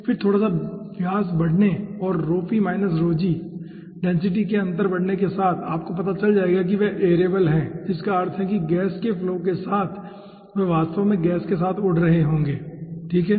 फिर थोड़ा सा व्यास बढ़ने या डेंसिटी के अंतर बढ़ने के साथ आपको पता चल जाएगा कि वे एयरेबल हैं जिसका अर्थ है कि गैस के फ्लो के साथ वे वास्तव में गैस के साथ उड़ रहे होंगे ठीक है